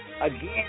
Again